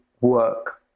work